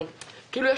וזה החשש שלי.